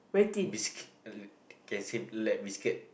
bisc~ uh can say like biscuit